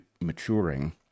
maturing